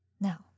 Now